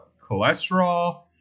cholesterol